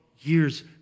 years